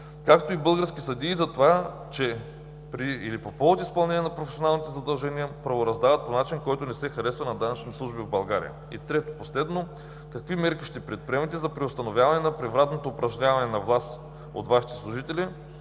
както и български съдии затова, че при или по повод изпълнение на професионалните си задължения правораздават по начин, който не се харесва на данъчните служби в България? 3. Какви мерки ще предприемете за преустановяване на превратното упражняване на власт от Вашите служители